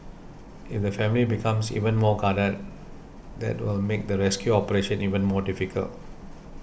if the family becomes even more guarded that will make the rescue operation even more difficult